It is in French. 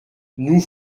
nous